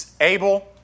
Abel